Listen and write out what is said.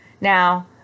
Now